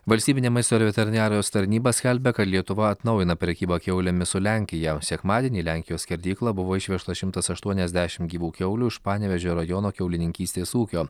valstybinė maisto ir veterinarijos tarnyba skelbia kad lietuva atnaujina prekybą kiaulėmis su lenkija sekmadienį į lenkijos skerdyklą buvo išvežtos šimtas aštuoniasdešimt gyvų kiaulių iš panevėžio rajono kiaulininkystės ūkio